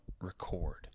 record